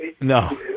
No